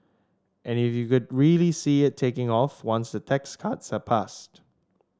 and you could really see it taking off once the tax cuts are passed